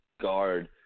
guard